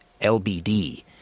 LBD